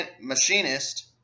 machinist